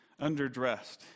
underdressed